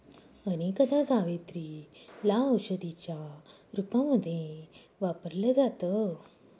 अनेकदा जावेत्री ला औषधीच्या रूपामध्ये वापरल जात